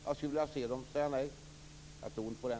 Jag skulle vilja se styrelsen säga nej - jag tror inte på det.